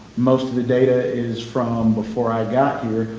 most of the data is from before i got here.